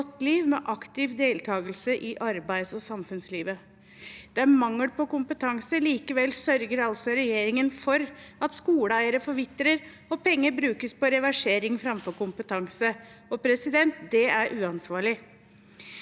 med aktiv deltakelse i arbeids- og samfunnslivet. Det er mangel på kompetanse. Likevel sørger altså regjeringen for at skoleeiere forvitrer, og penger brukes på reversering framfor kompetanse. Det er uansvarlig.